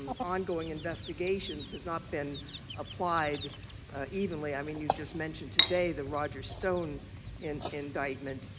ongoing investigations has not been applied evenly. i mean you just mentioned today, the roger stone and indictment